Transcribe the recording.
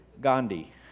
Gandhi